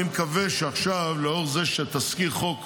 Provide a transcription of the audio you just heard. אני מקווה שעכשיו, לאור הפרסום של תזכיר החוק,